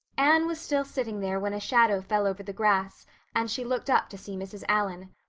anne was still sitting there when a shadow fell over the grass and she looked up to see mrs. allan.